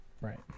Right